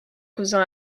cousin